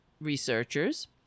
researchers